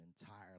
entirely